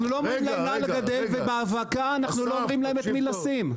אנחנו לא אומרים להם מה לגדל ובהאבקה אנחנו לא אומרים להם את מי לשים.